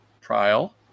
trial